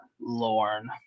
Lorne